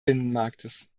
binnenmarktes